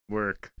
work